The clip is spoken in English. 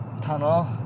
tunnel